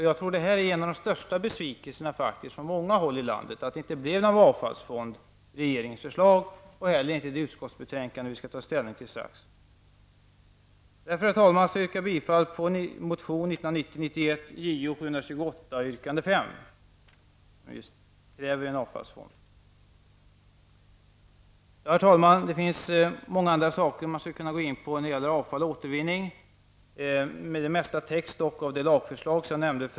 Jag tror att en av de största besvikelserna på många håll i landet är just detta, på att det inte fanns något förslag om avfallsfond i regeringens proposition eller i det betänkande som vi strax skall ta ställning till. Herr talman! Jag yrkar därför bifall till motion Beträffande avfall och återvinning finns det många andra frågor som man skulle kunna beröra. Det mesta täcks dock av det lagförslag jag förut nämnde.